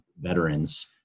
veterans